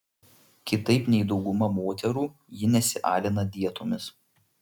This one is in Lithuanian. kitaip nei dauguma moterų ji nesialina dietomis